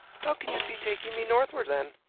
how can you be taking me northwards, then?